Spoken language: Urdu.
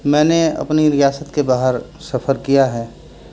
میں نے اپنی ریاست کے باہر سفر کیا ہے